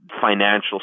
financial